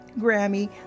Grammy